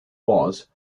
was